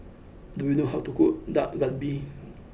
do you know how to cook Dak Galbi